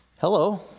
Hello